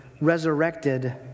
resurrected